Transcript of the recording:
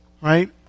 Right